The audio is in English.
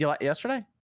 yesterday